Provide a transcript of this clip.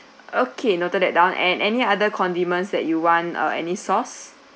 okay noted that down and any other condiments that you want uh any sauce